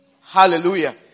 Hallelujah